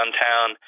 downtown